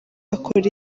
akora